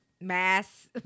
mass